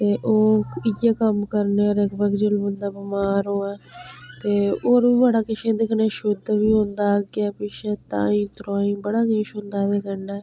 ते ओह् इ'यै कम्म करना लगभग जेल्लै बंदा बमार होऐ ते होर बी बड़ा किश एह्दे कन्नै शुद्ध बी होंदा अग्गें पिच्छें ताईं तोआईं बड़ा किश होंदा एह्दे कन्नै